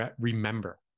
remember